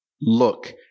look